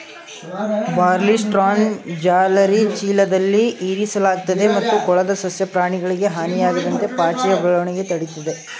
ಬಾರ್ಲಿಸ್ಟ್ರಾನ ಜಾಲರಿ ಚೀಲದಲ್ಲಿ ಇರಿಸಲಾಗ್ತದೆ ಮತ್ತು ಕೊಳದ ಸಸ್ಯ ಪ್ರಾಣಿಗಳಿಗೆ ಹಾನಿಯಾಗದಂತೆ ಪಾಚಿಯ ಬೆಳವಣಿಗೆ ತಡಿತದೆ